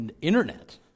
internet